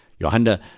Johanna